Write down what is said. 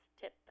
tip